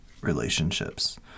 relationships